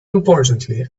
importantly